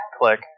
click